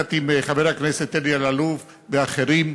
יחד עם חבר הכנסת אלי אלאלוף ואחרים,